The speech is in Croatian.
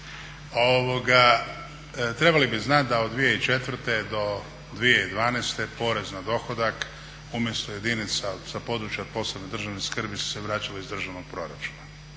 Trebali bi znati da od 2004. do 2012. porez na dohodak umjesto jedinica sa područja od posebne državne skrbi su se vraćale iz državnog proračuna